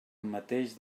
mateix